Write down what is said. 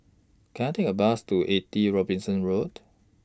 Can I Take A Bus to eighty Robinson Road